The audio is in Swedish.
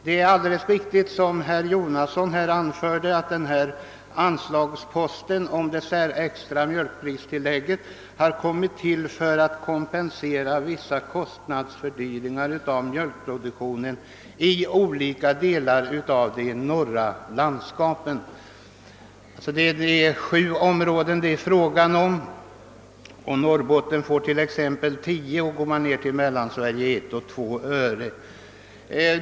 Det är alldeles riktigt som herr Jonasson anförde, att denna anslagspost för det extra mjölkpristillägget har tillkommit för att kompensera vissa kostnadsfördyringar för mjölkproduktionen i olika delar av de norra landskapen. Det är fråga om sju områden. Norrbotten får t.ex. 10 öre och Mellansverige 1—2 öre per kg mjölk.